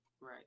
right